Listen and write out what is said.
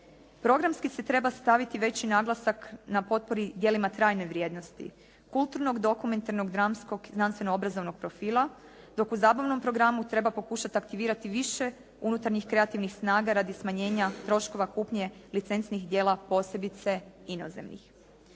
Programski se treba staviti veći naglasak na potpori djelima trajne vrijednosti kulturnog, dokumentarnog, dramskog, znanstveno-obrazovnog profila, dok u zabavnom programu treba pokušati aktivirati više unutarnjih kreativnih snaga radi smanjenja troškova kupnje licencnih djela, posebice inozemnih.